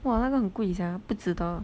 !wah! 那个很贵 sia 不值得